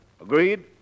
Agreed